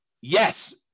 Yes